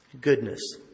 Goodness